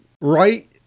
right